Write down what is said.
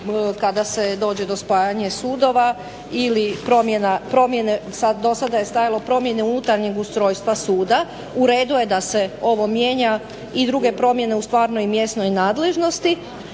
kada se dođe do spajanja sudova ili promjene do sada je stajalo promjene unutarnjeg ustrojstva suda. Uredu je da se ovo mijenja i druge promjene u stvarnoj mjesnoj nadležnosti,